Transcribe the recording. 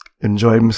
enjoy